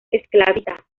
esclavista